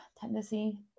tendency